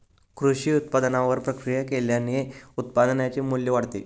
कृषी उत्पादनावर प्रक्रिया केल्याने उत्पादनाचे मू्ल्य वाढते